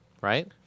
right